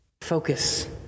Focus